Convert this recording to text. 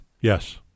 Yes